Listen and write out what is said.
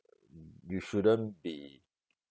you shouldn't be